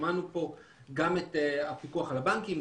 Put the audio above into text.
שמענו פה גם את הפיקוח על הבנקים,